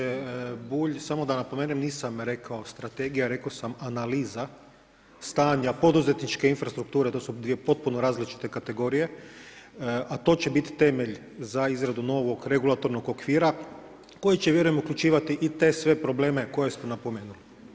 Poštovani zastupniče Bulj, samo da napomenem nisam rekao strategija, rekao sam analiza stanja poduzetničke infrastrukture, to su dvije potpuno različite kategorije, a to će biti temelj za izradu novog regulatornog okvira koji će vjerujem uključivati i te sve probleme koje ste napomenuli.